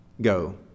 go